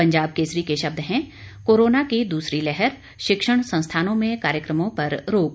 पंजाब केसरी के शब्द हैं कोरोना की दूसरी लहर शिक्षण संस्थानों में कार्यक्रमों पर रोक